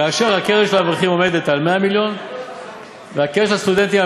כאשר הקרן של האברכים עומדת על 100 מיליון והקרן של הסטודנטים,